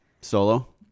Solo